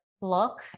look